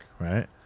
right